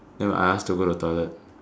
then I asked to go to the toilet